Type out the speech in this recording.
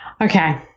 Okay